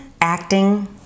acting